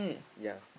ya